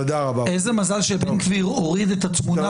איזה מזל שבן גביר הוריד את התמונה